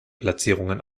platzierungen